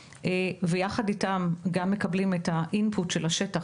יחד איתם אנחנו גם מקבלים את האינפוט מהשטח,